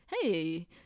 hey